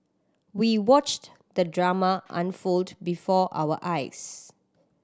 we watched the drama unfold before our eyes